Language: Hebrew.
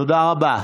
תודה רבה.